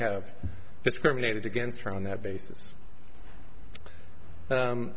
have discriminated against or on that basis